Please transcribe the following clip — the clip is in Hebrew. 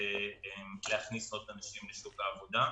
יכולה להכניס עוד אנשים לשוק העבודה.